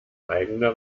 eigener